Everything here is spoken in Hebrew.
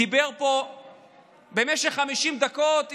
דיבר פה במשך 50 דקות,